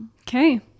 Okay